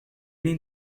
need